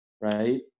Right